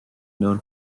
known